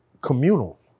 communal